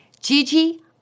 Gigi